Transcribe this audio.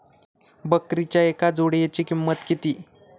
बकरीच्या एका जोडयेची किंमत किती?